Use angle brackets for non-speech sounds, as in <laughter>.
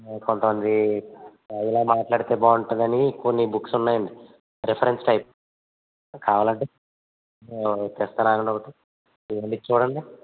కొంతమంది ఇలా మాట్లాడితే బాగుంటుందని కొన్ని బుక్స్ ఉన్నాయండి రెఫరెన్స్ టైప్ కావాలంటే <unintelligible> తెస్తాను ఆగండి ఒకటి ఇది ఉంది చూడండి